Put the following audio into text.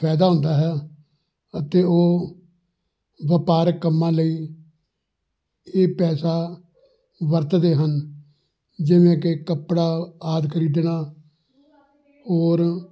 ਫਾਇਦਾ ਹੁੰਦਾ ਹੈ ਅਤੇ ਉਹ ਵਪਾਰਕ ਕੰਮਾਂ ਲਈ ਇਹ ਪੈਸਾ ਵਰਤਦੇ ਹਨ ਜਿਵੇਂ ਕਿ ਕੱਪੜਾ ਆਦਿ ਖਰੀਦਣਾ ਔਰ